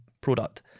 product